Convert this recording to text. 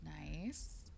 Nice